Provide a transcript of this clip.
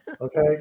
Okay